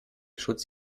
schutz